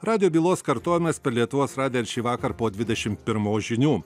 radijo bylos kartojimas per lietuvos radiją ir šįvakar po dvidešim pirmos žinių